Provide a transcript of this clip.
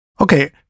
Okay